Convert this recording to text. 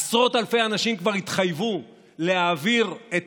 עשרות אלפי אנשים כבר התחייבו להעביר את